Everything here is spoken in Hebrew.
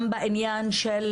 גם בעניין של